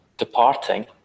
Departing